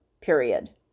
period